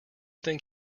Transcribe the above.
think